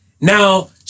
now